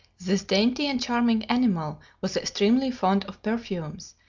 this dainty and charming animal was extremely fond of perfumes,